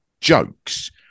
jokes